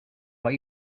what